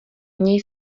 měj